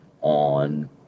on